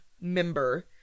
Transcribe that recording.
member